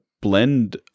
blend